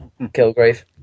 Kilgrave